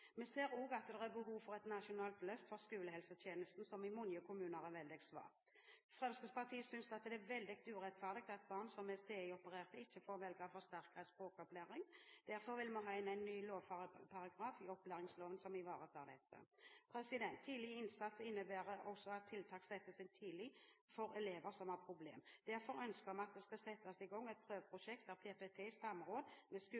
Vi ser også at det er behov for et nasjonalt løft for skolehelsetjenesten, som i mange kommuner er veldig svak. Fremskrittspartiet synes det er veldig urettferdig at barn som er CI-opererte, ikke får velge forsterket språkopplæring. Derfor vil vi ha inn en ny lovparagraf i opplæringsloven som ivaretar dette. Tidlig innsats innbærer at tiltak settes inn tidlig for elever som har problemer. Derfor ønsker vi at det skal settes i gang et